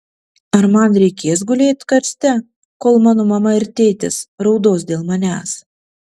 ar man reikės gulėt karste kol mano mama ir tėtis raudos dėl manęs